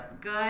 Good